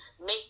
make